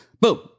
boom